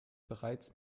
bereits